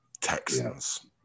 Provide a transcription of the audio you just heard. Texans